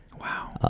Wow